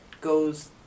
goes